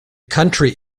country